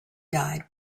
died